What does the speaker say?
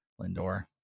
Lindor